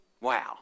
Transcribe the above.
Wow